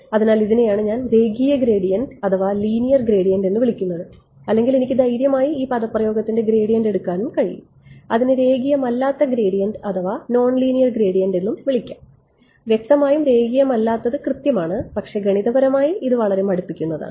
അതിനാൽ ഇതിനെയാണ് ഞാൻ രേഖീയ ഗ്രേഡിയന്റ് എന്ന് വിളിക്കുന്നത് അല്ലെങ്കിൽ എനിക്ക് ധൈര്യമായി ഈ പദപ്രയോഗത്തിന്റെ ഗ്രേഡിയന്റ് എടുക്കാനും കഴിയും അതിനെ രേഖീയമല്ലാത്ത ഗ്രേഡിയന്റ് എന്ന് വിളിക്കും വ്യക്തമായും രേഖീയമല്ലാത്തത് കൃത്യമാണ് പക്ഷേ ഗണിതപരമായി ഇത് വളരെ മടുപ്പിക്കുന്നതാണ്